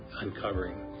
uncovering